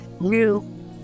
new